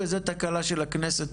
וזו תקלה של הכנסת,